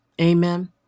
Amen